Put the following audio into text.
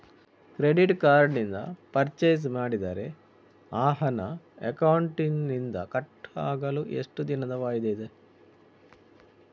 Credit card ನಿಂದ purchase ಮಾಡಿದರೆ ಆ ಹಣ ಅಕೌಂಟಿನಿಂದ ಕಟ್ ಆಗಲು ಎಷ್ಟು ದಿನದ ವಾಯಿದೆ ಇದೆ?